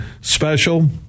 special